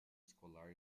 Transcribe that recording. escolar